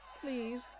Please